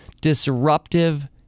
disruptive